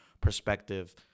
perspective